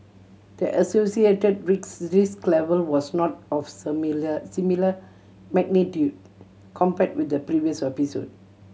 the associated risk level was not of similar magnitude compared with the previous episode